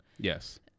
Yes